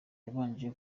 yabanje